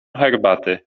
herbaty